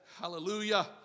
Hallelujah